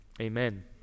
Amen